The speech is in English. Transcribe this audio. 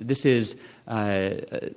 this is ah